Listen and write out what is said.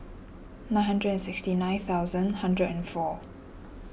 nine hundred and sixty nine thousand hundred and four